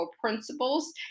principles